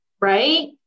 right